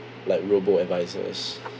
like robo advisors